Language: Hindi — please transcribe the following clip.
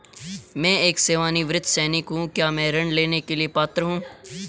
मैं एक सेवानिवृत्त सैनिक हूँ क्या मैं ऋण लेने के लिए पात्र हूँ?